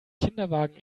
kinderwagen